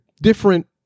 different